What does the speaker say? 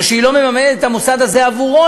או שהיא לא מממנת את המוסד הזה עבורו,